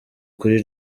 kuri